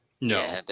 No